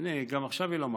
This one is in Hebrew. הינה, גם עכשיו היא לא מקשיבה.